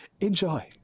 Enjoy